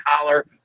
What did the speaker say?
collar